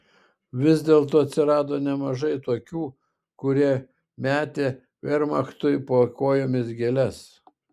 vis dėlto atsirado nemažai tokių kurie metė vermachtui po kojomis gėles